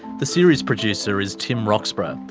the series producer is tim roxburgh,